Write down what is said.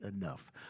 enough